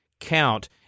count